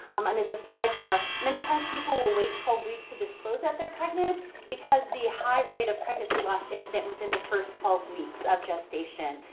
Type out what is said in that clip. um and as a sidebar many times people will wait twelve weeks to disclose that they're pregnant because the high rate of pregnancy loss incident within the first twelve weeks of gestation.